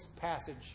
passage